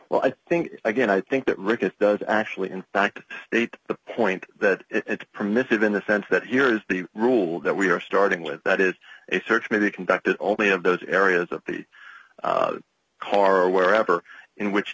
well i think again i think that rick it does actually in fact state the point that it's permissive in the sense that here is the rule that we are starting with that is a search may be conducted only of those areas of the car or wherever in which